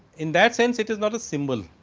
in that sense, it is not a symbol.